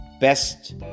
best